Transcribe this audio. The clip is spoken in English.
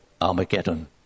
Armageddon